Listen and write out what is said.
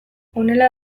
honela